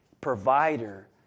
provider